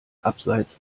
abseits